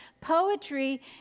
poetry